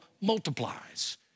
multiplies